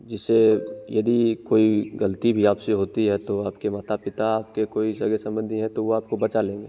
जिससे यदि कोई गलती भी आपसे होती है तो आपके पिता आपके कोई सगे संबंधी हैं तो वो आपको बचा लेंगे